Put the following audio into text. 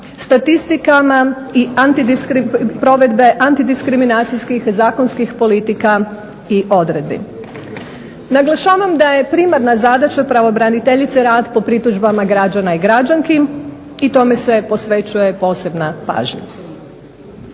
statistikama i provedbe antidiskriminacijskih zakonskih politika i odredbi. Naglašavam da je primarna zadaća pravobraniteljice rad po pritužbama građana i građanki i tome se posvećuje posebna pažnja.